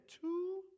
two